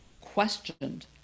questioned